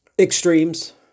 extremes